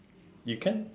you can